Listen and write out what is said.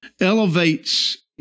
elevates